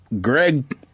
Greg